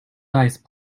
dice